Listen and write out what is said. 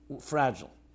fragile